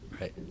right